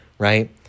Right